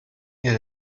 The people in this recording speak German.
ihr